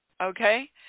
okay